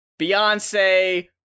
Beyonce